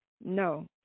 no